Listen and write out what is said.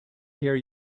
here